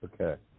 Okay